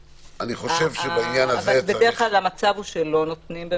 בדרך כלל המצב הוא שלא נותנים,